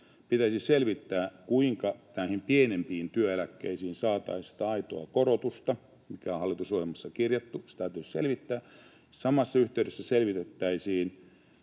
Pitäisi selvittää, kuinka näihin pienempiin työeläkkeisiin saataisiin sitä aitoa korotusta, mikä on hallitusohjelmassa kirjattu, se täytyisi selvittää. Samassa yhteydessä selvitettäisiin